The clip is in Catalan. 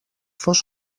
fos